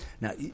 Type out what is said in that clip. Now